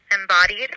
embodied